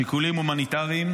שיקולים הומניטריים.